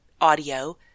audio